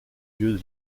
lieu